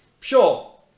Sure